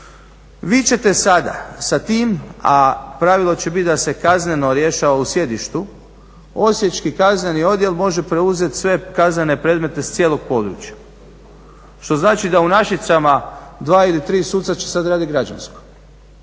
Vi ćete sada sa tim, a pravilo će biti da se kazneno rješava u sjedištu Osječki kazneni odjel može preuzeti sve kaznene predmeta s cijelog područja, što znači da u Našicama 2 ili 3 suca će sada raditi građansko,